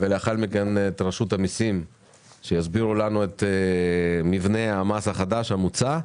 לאחר מכן נשמע את רשות המסים שתסביר לנו את מבנה המס החדש המוצע,